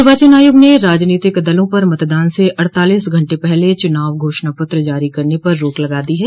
निर्वाचन आयोग ने राजनीतिक दलों पर मतदान से अड़तालीस घंटे पहले चुनाव घोषणा पत्र जारी करने पर रोक लगा दी है